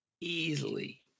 easily